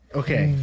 okay